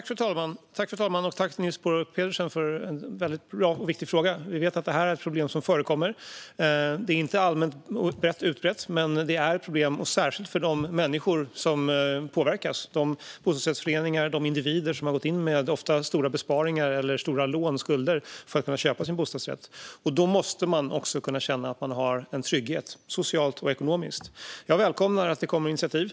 Fru talman! Tack, Niels Paarup-Petersen, för en bra och viktig fråga! Vi vet att detta är ett problem som förekommer. Det är inte allmänt utbrett, men det är ett problem, särskilt för de människor som påverkas. Det är bostadsrättsföreningar och individer som ofta har gått in med stora besparingar, lån eller skulder för att kunna köpa sin bostadsrätt. De måste kunna känna att de har en trygghet socialt och ekonomiskt. Jag välkomnar att det kommer initiativ.